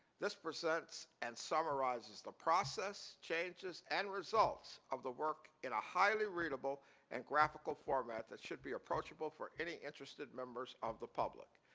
this presents and summarizes the process, changes and results of the work in a highly readable and graphical format that should be approachable for any interested members of the public.